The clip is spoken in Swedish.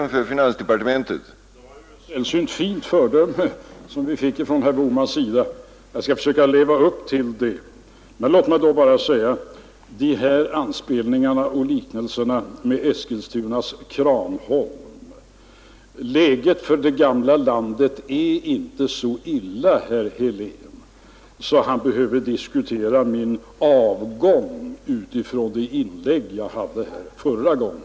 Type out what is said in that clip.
Herr talman! Det var ett sällsynt fint föredöme vi fick från herr Bohman. Jag skall försöka leva upp till det. Låt mig då säga beträffande anspelningarna på och liknelserna med Eskilstunas Kranholm att läget för det gamla landet inte är så illa, herr Helén, att herr Helén behöver diskutera min avgång med utgångspunkt i det inlägg som jag senast gjorde.